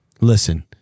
Listen